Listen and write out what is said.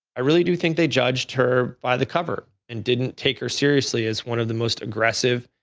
i really do think they judged her by the cover and didn't take her seriously as one of the most aggressive,